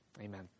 Amen